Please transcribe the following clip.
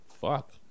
Fuck